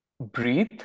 breathe